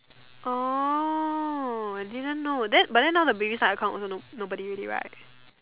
orh I didn't know then but then now the baby start account also no nobody already right